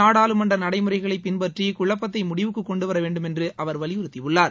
நாடாளுமன்ற நடைமுறைகளை பின்பற்றி குழப்பத்தை முடிவுக்குக் கொண்டுவர வேண்டுமென்று அவர் வலியுறுத்தியுள்ளார்